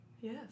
Yes